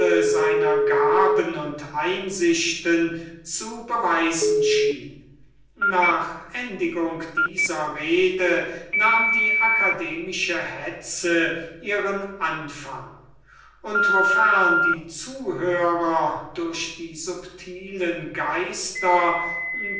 seiner gaben und einsichten zu beweisen schien nach endigung dieser rede nahm die philosophische hetze ihren anfang und wofern die zuhörer durch die subtilen geister